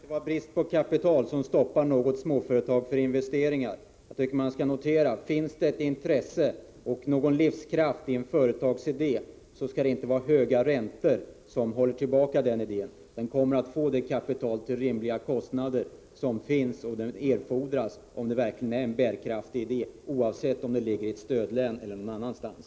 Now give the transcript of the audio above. garantigivning, Herr talman! Det bör inte vara brist på kapital som stoppar något — m.m. småföretags investeringar. Jag tycker att man skall notera att finns det ett intresse och någon livskraft i en företagsidé, skall det inte vara höga räntor som håller tillbaka den idén. Om det verkligen är en bärkraftig idé, kommer den att få — till rimliga kostnader — det kapital som erfordras, oavsett om det är i ett stödlän eller någon annanstans.